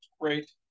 great